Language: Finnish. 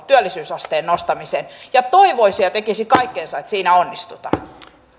työllisyysasteen nostamiseen ja toivoisi ja tekisi kaikkensa että siinä onnistutaan